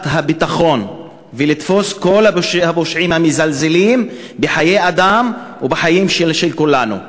הביטחון ולתפוס את כל הפושעים המזלזלים בחיי אדם ובחיים של כולנו.